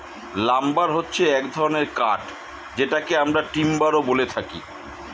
lumber হচ্ছে এক ধরনের কাঠ যেটাকে আমরা টিম্বারও বলে থাকি